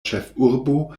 ĉefurbo